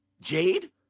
Jade